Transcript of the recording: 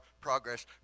progress